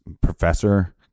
Professor